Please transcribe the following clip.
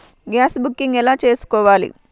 Gas booking ఎలా చేసుకోవాలి?